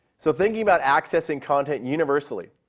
so thinking about accessing content universally.